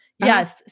Yes